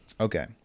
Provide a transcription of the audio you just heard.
Okay